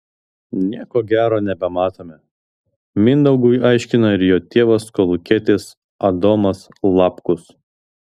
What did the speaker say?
nieko gero nebematome mindaugui aiškina ir jo tėvas kolūkietis adomas lapkus